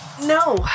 No